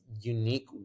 unique